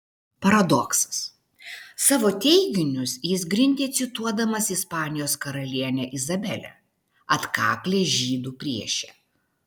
paradoksas savo teiginius jis grindė cituodamas ispanijos karalienę izabelę atkaklią žydų priešę